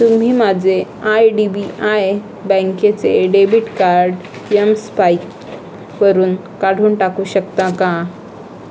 तुम्ही माझे I D B I बँकेचे डेबिट कार्ड यमस्पाईकवरून काढून टाकू शकता का